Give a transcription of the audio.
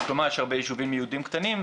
כלומר יש הרבה יישובים יהודיים קטנים,